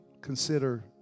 consider